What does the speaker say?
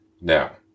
Now